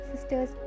sisters